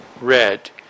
red